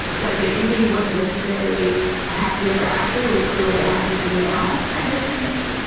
like the ending wasn't necessarily a happy ever after. it was clearly a happy for now kind of thing.